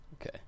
okay